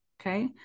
okay